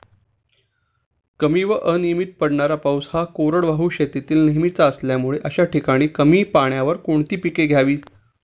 कमी व अनियमित पडणारा पाऊस हा कोरडवाहू शेतीत नेहमीचा असल्यामुळे अशा ठिकाणी कमी पाण्यावर कोणती पिके घ्यावी?